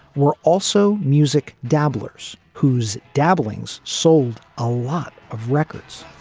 were also music dabblers whose dabbling is sold a lot of records.